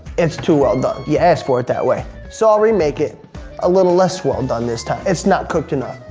it's too well done. you asked for it that way. so i'll remake it a little less well done this time. it's not cooked enough.